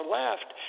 left